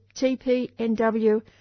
TPNW